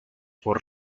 por